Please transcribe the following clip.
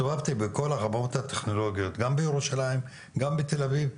הסתובבתי בכל החברות הטכנולוגיות גם בירושלים וגם בתל אביב,